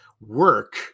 work